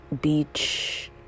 beach